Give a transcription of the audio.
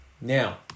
Now